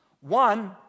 One